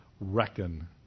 reckon